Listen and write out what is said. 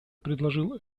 предложил